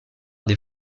des